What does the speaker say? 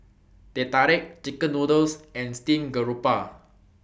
Teh Tarik Chicken Noodles and Steamed Garoupa